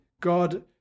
God